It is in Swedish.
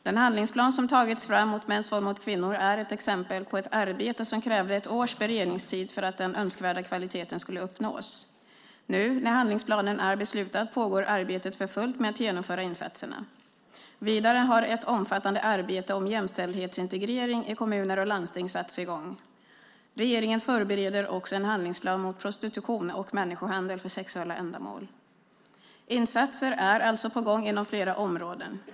Den handlingsplan som tagits fram mot mäns våld mot kvinnor är ett exempel på ett arbete som krävde ett års beredningstid för att den önskvärda kvaliteten skulle uppnås. Nu när handlingsplanen är beslutad pågår arbetet för fullt med att genomföra insatserna. Vidare har ett omfattande arbete om jämställdhetsintegrering i kommuner och landsting satts i gång. Regeringen förbereder också en handlingsplan mot prostitution och människohandel för sexuella ändamål. Insatser är alltså på gång inom flera områden.